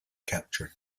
captured